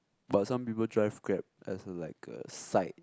but some people drive grab as a like a side